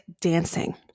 dancing